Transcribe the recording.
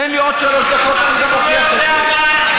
תן לי עוד שלוש דקות ואני גם אוכיח את זה.